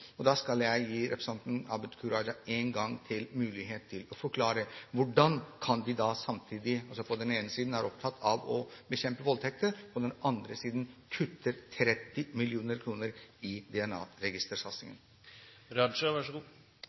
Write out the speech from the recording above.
Da skal jeg gi representanten Abid Q. Raja muligheten én gang til til å forklare hvordan de på den ene siden kan være opptatt av å bekjempe voldtekter, og på den andre siden kutter 30 mill. kr i